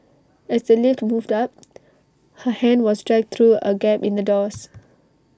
as the lift moved up her hand was dragged through A gap in the doors